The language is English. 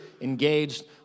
engaged